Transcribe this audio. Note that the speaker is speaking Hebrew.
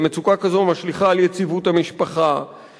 ומצוקה כזו משליכה על יציבות המשפחה,